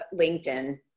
LinkedIn